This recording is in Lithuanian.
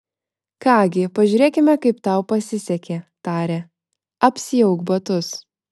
ką gi pažiūrėkime kaip tau pasisekė tarė apsiauk batus